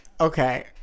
Okay